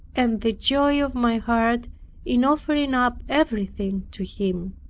and the joy of my heart in offering up everything to him.